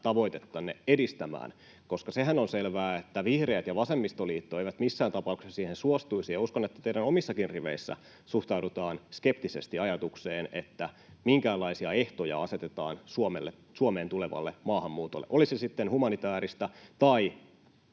tavoitettanne edistämään. Sehän on selvää, että vihreät ja vasemmistoliitto eivät missään tapauksessa siihen suostuisi, ja uskon, että teidän omissakin riveissänne suhtaudutaan skeptisesti ajatukseen, että minkäänlaisia ehtoja asetetaan Suomeen tulevalle maahanmuutolle, oli se sitten humanitaarista tai